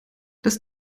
das